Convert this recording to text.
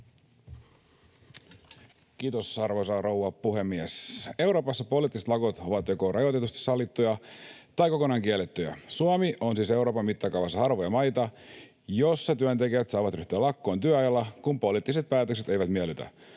Kiitos, arvoisa rouva puhemies! Euroopassa poliittiset lakot ovat joko rajoitetusti sallittuja tai kokonaan kiellettyjä. Suomi on siis Euroopan mittakaavassa harvoja maita, joissa työntekijät saavat ryhtyä lakkoon työajalla, kun poliittiset päätökset eivät miellytä.